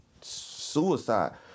suicide